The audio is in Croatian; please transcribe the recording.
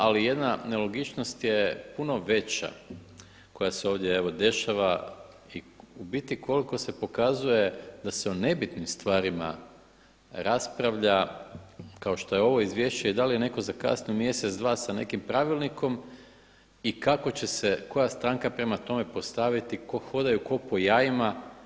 Ali jedna nelogičnost je puno veća koja se ovdje evo dešava i u biti koliko se pokazuje da se o nebitnim stvarima raspravlja kao što je ovo izvješće i da li je netko zakasnio mjesec, dva sa nekim pravilnikom i kako će se koja stranka prema tome postaviti, hodaju ko po jajima.